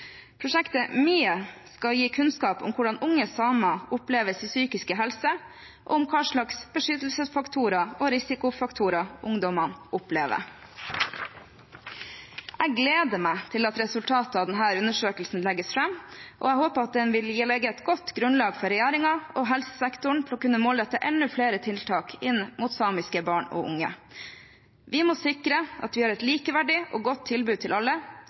Prosjektet Mihá skal gi kunnskap om hvordan unge samer opplever sin psykiske helse, og hva slags beskyttelsesfaktorer og risikofaktorer ungdommene opplever. Jeg gleder meg til at resultatet av denne undersøkelsen legges fram, og jeg håper den vil legge et godt grunnlag for regjeringen og helsesektoren til å kunne målrette enda flere tiltak inn mot samiske barn og unge. Vi må sikre at vi har et likeverdig og godt tilbud til alle,